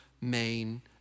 main